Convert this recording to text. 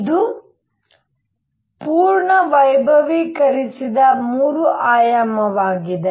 ಇದು ಪೂರ್ಣ ವೈಭವೀಕರಿಸಿದ 3 ಆಯಾಮವಾಗಿದೆ